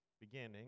beginning